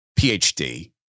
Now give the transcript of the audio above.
PhD